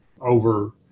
over